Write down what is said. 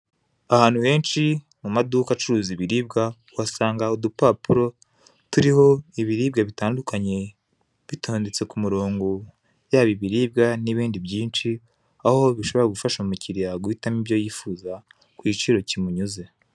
Ahantu henshi mu maduka acuruza ibiribwa uhasanga urupapuro turiho ibiribwa bitandukanye bitondetse ku murongo